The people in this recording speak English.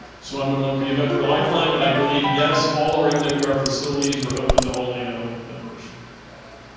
so i'm gonna look to yevette for a lifeline but i believe yes all our um and mw our facilities are open to all nato members